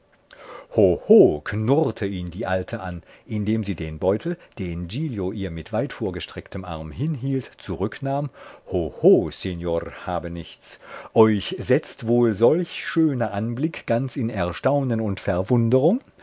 knurrte ihn die alte an indem sie den beutel den giglio ihr mit weit vorgestrecktem arm hinhielt zurücknahm hoho signor habenichts euch setzt wohl solch schöner anblick ganz in erstaunen und verwunderung